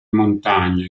montagna